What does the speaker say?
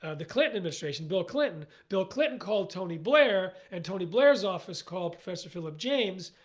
ah the clinton administration. bill clinton, bill clinton called tony blair and tony blair's office called professor philip james.